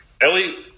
Ellie